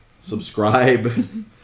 subscribe